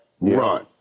run